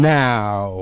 now